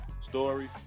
story